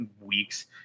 weeks